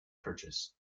purchase